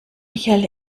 michael